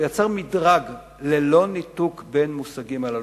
הוא יצר מדרג ללא ניתוק בין המושגים הללו.